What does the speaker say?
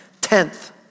Tenth